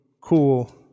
cool